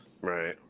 Right